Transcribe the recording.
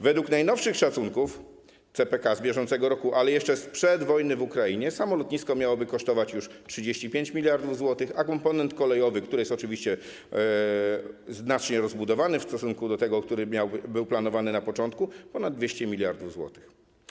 Według najnowszych szacunków CPK z bieżącego roku, ale jeszcze sprzed wojny w Ukrainie, samo lotnisko miałoby kosztować już 35 mld zł, a komponent kolejowy - który jest oczywiście znacznie rozbudowany w stosunku do tego, który był planowany na początku - ponad 200 mld zł.